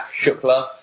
Shukla